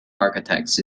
architects